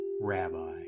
Rabbi